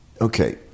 okay